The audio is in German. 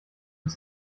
ist